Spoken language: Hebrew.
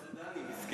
עכשיו זה דני, מסכן.